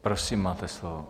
Prosím, máte slovo.